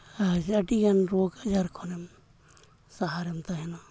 ᱟᱨ ᱟᱹᱰᱤᱜᱟᱱ ᱨᱳᱜᱽᱼᱟᱡᱟᱨ ᱠᱷᱚᱱᱮᱢ ᱥᱟᱦᱟᱨᱮᱢ ᱛᱟᱦᱮᱱᱟ